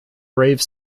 brave